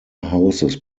houses